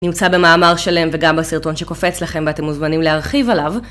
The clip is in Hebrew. נמצא במאמר שלם וגם בסרטון שקופץ לכם ואתם מוזמנים להרחיב עליו.